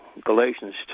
Galatians